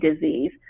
disease